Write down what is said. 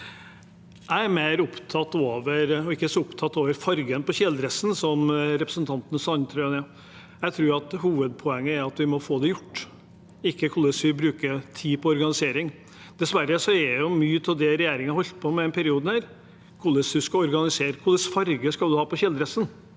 Jeg er ikke så opptatt av fargen på kjeledressen som representanten Sandtrøen er. Jeg tror hovedpoenget er at vi må få det gjort, ikke at vi bruker tid på organisering. Dessverre er mye av det regjeringen har holdt på med i denne perioden, hvordan man skal organisere, og hvilken farge man skal ha på kjeledressen.